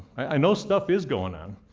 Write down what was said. i know stuff is going on,